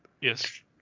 yes